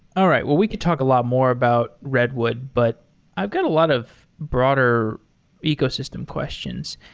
all right. well, we could talk a lot more about redwood, but i've got a lot of broader ecosystem questions,